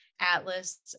Atlas